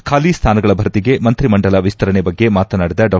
ಖಾಲಿ ಸ್ವಾನಗಳ ಭರ್ತಿಗೆ ಮಂತ್ರಿ ಮಂಡಲ ವಿಸ್ತರಣೆ ಬಗ್ಗೆ ಮಾತನಾಡಿದ ಡಾ